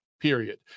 period